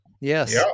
yes